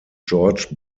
george